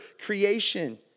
creation